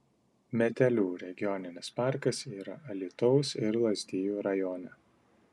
metelių regioninis parkas yra alytaus ir lazdijų rajone